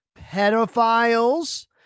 pedophiles